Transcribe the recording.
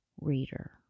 reader